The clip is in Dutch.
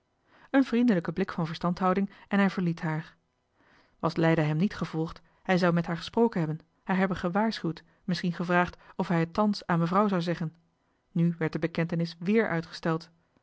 een vriendelijke blik van verstandhouding en hij verliet haar was leida hem niet gevolgd hij zou met haar gesproken hebben haar hebben gewaarschuwd misschien gevraagd of hij het thans aan mevrouw zou zeggen nu werd de bekentenis wéér uitgesteld